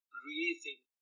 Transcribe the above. breathing